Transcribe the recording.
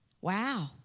Wow